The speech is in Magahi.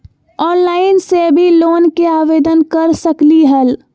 ऑनलाइन से भी लोन के आवेदन कर सकलीहल?